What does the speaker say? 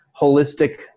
holistic